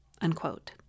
unquote